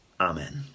Amen